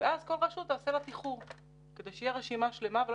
ואז כל רשות תעשה לה תיחור כדי שתהיה רשימה שלמה ולא